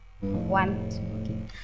One